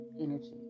energy